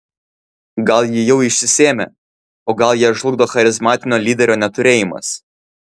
gal ji jau išsisėmė o gal ją žlugdo charizmatinio lyderio neturėjimas